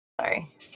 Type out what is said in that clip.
Sorry